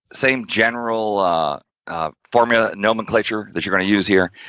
same general formu. nomenclature, that you're going to use here.